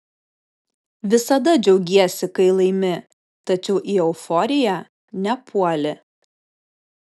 visada džiaugiesi kai laimi tačiau į euforiją nepuoli